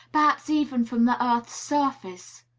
perhaps even from the earth's surface?